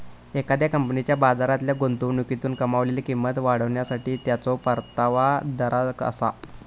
एखाद्या कंपनीच्या बाजारातल्या गुंतवणुकीतून कमावलेली किंमत वाढवण्यासाठी त्याचो परतावा दर आसा